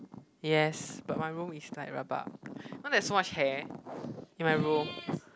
yes but my room is like rabak you know there's so much hair in my room